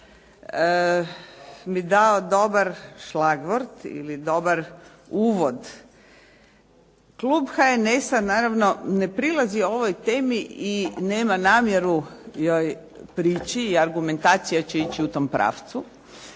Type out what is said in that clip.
mi dao šlagvort ili dobar uvod. Klub HNS-a naravno ne prilazi ovoj temi i nema namjeru joj prići i argumentacija će ići u tom pravcu